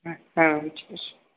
হ্যাঁ ম্যাম ঠিক আছে